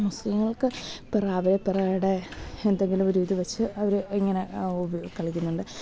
മുസ്ലിങ്ങൾക്ക് എന്തെങ്കിലും ഒരു ഇത് വച്ചു അവർ ഇങ്ങനെ കളിക്കുന്നുണ്ട്